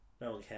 no